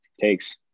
takes